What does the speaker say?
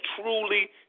truly